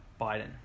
Biden